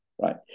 right